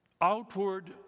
outward